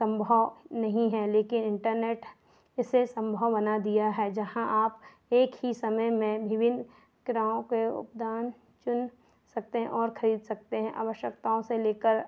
सम्भव नहीं है लेकिन इन्टरनेट इसे सम्भव बना दिया है जहाँ आप एक ही समय में विभिन्न क्रायों के उपदान चुन सकते हैं और ख़रीद सकते हैं आवश्यकताओं से लेकर